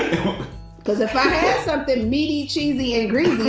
because if i had something meaty, cheesy, and greasy